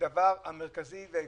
כדבר העיקרי.